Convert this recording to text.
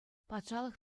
патшалӑх